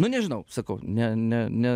nu nežinau sakau ne ne ne